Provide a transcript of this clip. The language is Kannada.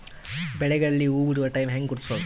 ಬೆಳೆಗಳಲ್ಲಿ ಹೂಬಿಡುವ ಟೈಮ್ ಹೆಂಗ ಗುರುತಿಸೋದ?